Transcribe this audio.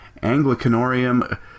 Anglicanorium